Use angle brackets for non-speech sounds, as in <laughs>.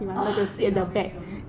<laughs> 幸好没有